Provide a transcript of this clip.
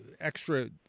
extra